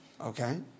okay